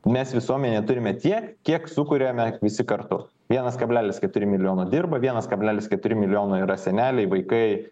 mes visuomenė turime tiek kiek sukuriame visi kartu vienas kablelis keturi milijono dirba vienas kablelis keturi milijono yra seneliai vaikai